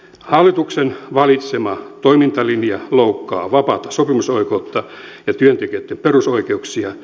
hallituksen valitsema toimintalinja loukkaa vapaata sopimusoikeutta ja työntekijöitten perusoikeuksia